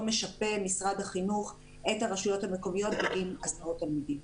משפה משרד החינוך את הרשויות המקומיות בגין הסעות תלמידים.